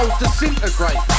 disintegrate